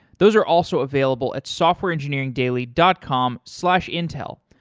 those are also available at softwareengineeringdaily dot com slash intel.